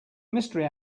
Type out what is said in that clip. mystery